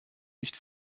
nicht